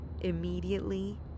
Immediately